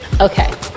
Okay